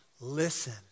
listen